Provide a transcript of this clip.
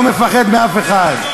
לא מפחד מאף אחד.